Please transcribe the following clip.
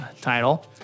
title